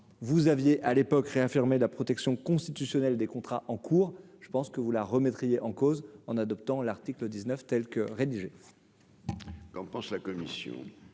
vous aviez à l'époque, réaffirmer la protection constitutionnelle des contrats en cours, je pense que vous la remettrai en cause en adoptant l'article 19 telle que rédigée.